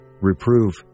reprove